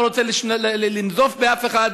אני לא רוצה לנזוף באף אחד,